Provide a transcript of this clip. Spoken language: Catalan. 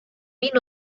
vint